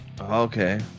okay